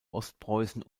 ostpreußen